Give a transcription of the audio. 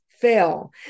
fail